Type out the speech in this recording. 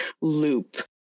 loop